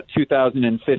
2015